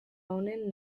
honen